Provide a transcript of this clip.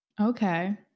Okay